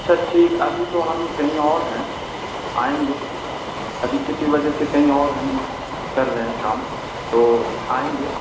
اچھا ٹھیک ابھی تو ہم کہیں اور ہیں آئیں گے ابھی کسی وجہ سے کہیں اور ہم کر رہے ہیں کام تو آئیں گے